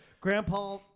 Grandpa